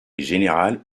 générale